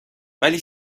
ولی